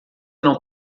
não